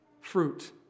Fruit